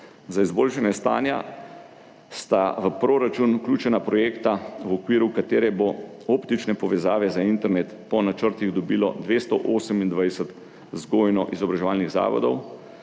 Za izboljšanje stanja sta v proračun vključena projekta, v okviru katerih bo optične povezave za internet po načrtih dobilo 228 vzgojno-izobraževalnih zavodov,